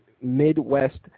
Midwest